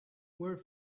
were